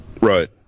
Right